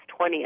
20th